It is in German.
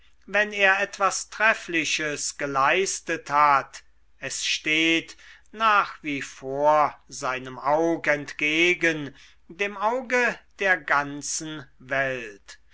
wenn er etwas treffliches geleistet hat es steht nach wie vor seinem aug entgegen dem auge der ganzen welt